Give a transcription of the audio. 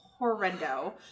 Horrendo